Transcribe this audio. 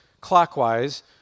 clockwise